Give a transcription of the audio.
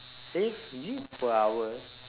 eh is it per hour